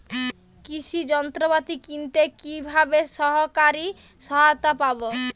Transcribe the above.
কৃষি যন্ত্রপাতি কিনতে কিভাবে সরকারী সহায়তা পাব?